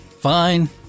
fine